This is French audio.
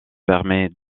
permet